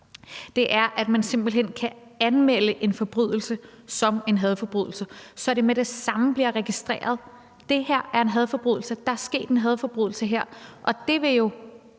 har, er, at man simpelt hen kan anmelde en forbrydelse som en hadforbrydelse, så det med det samme bliver registreret, at det her er en hadforbrydelse, at der er sket en hadforbrydelse her.